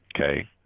Okay